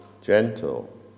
gentle